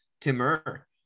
Timur